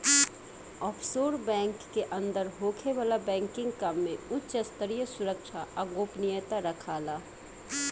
offshore bank के अंदर होखे वाला बैंकिंग काम में उच स्तरीय सुरक्षा आ गोपनीयता राखाला